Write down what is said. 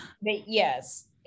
yes